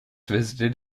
visited